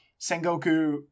Sengoku